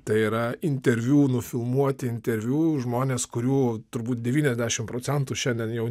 tai yra interviu nufilmuoti interviu žmonės kurių turbūt devyniasdešimt procentų šiandien jau